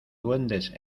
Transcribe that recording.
duendes